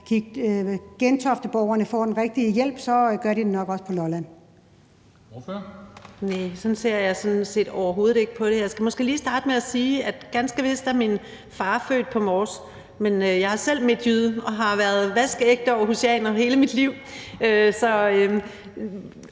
Kristensen): Ordføreren. Kl. 14:18 Kirsten Normann Andersen (SF): Næ, sådan ser jeg sådan set overhovedet ikke på det. Jeg skal måske lige starte med at sige, at ganske vist er min far født på Mors, men jeg er selv midtjyde og har været vaskeægte aarhusianer hele mit liv, og